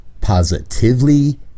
positively